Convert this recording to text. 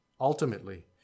ultimately